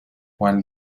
while